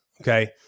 okay